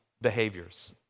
behaviors